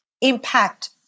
impact